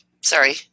sorry